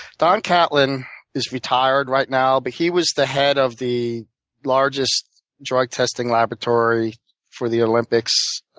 don catlin is retired right now. but he was the head of the largest drug testing laboratory for the olympics,